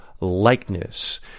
likeness